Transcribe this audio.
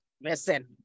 Listen